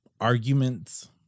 arguments